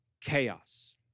chaos